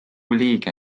league